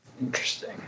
Interesting